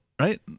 Right